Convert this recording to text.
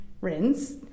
rinse